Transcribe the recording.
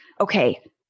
okay